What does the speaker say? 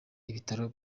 ibitaro